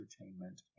entertainment